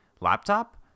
laptop